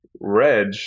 Reg